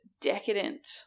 decadent